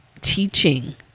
teaching